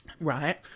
Right